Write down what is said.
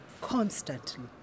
constantly